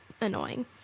annoying